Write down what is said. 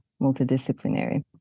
multidisciplinary